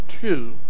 two